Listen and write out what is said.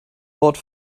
wort